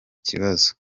kibazo